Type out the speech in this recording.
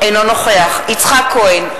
אינו נוכח יצחק כהן,